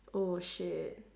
oh shit